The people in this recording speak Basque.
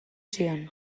zion